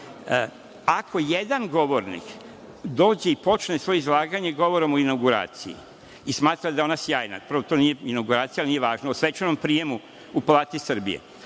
ako jedan govornik dođe i počne svoje izlaganje govorom o inauguraciji i smatra da je ona sjajna, prvo, to nije inauguracija, ali nije važno, o svečanom prijemu u Palati Srbije,